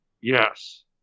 Yes